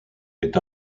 est